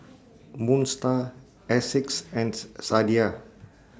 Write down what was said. Moon STAR Asics and Sadia